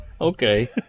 Okay